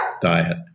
diet